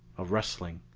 a rustling.